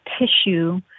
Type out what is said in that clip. tissue